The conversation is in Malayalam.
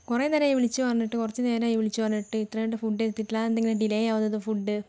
കുറേ നേരമായി വിളിച്ച് പറഞ്ഞിട്ട് കുറച്ച് നേരമായി വിളിച്ചു പറഞ്ഞിട്ട് ഇത്രയും നേരമായിട്ട് ഫുഡ് എത്തിയിട്ടില്ല അതെന്താണ് ഇങ്ങനെ ഡിലേ ആവുന്നത് ഫുഡ്